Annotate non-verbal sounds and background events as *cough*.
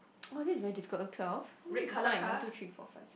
*noise* oh this is very difficult oh twelve how many did we find one two three four five six